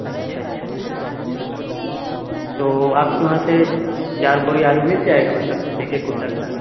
اچھا اچھا اچھا اچھا اچھا تو آپ کے وہاں سے چار بوری آلو مل جائے گا مطلب ایک ایک کنٹل کا